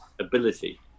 ability